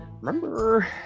remember